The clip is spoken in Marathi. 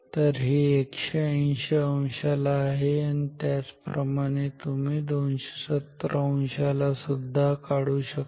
तर हे 180 अंशाला आहे त्याचप्रमाणे तुम्ही 270 अंशाला काढू शकता